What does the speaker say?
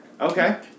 Okay